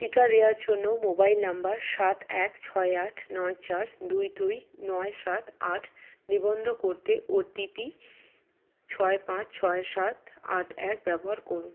টিকা দেওয়ার জন্য মোবাইল নাম্বার সাত এক ছয় আট নয় চার দুই দুই নয় সাত আট নিবন্ধ করতে ওটিপি ছয় পাঁচ ছয় সাত আট এক ব্যবহার করুন